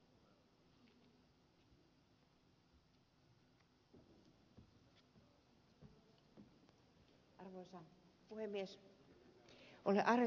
olen allekirjoittanut ed